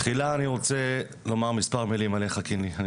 תחילה אני רוצה לומר מספר מילים עליך קינלי,